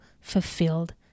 fulfilled